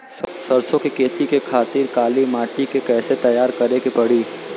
सरसो के खेती के खातिर काली माटी के कैसे तैयार करे के पड़ी?